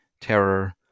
terror